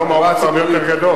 כי היום העומס הרבה יותר גדול.